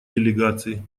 делегаций